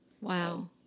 Wow